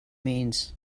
means